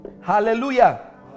Hallelujah